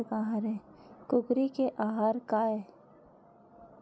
कुकरी के आहार काय?